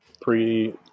pre